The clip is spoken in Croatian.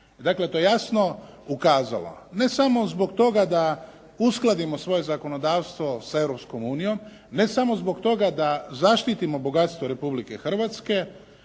dakle to je jasno ukazalo ne samo zbog toga da uskladimo svoje zakonodavstvo sa Europskom unijom, ne samo zbog toga da zaštitimo bogatstva Republike Hrvatske,